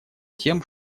тем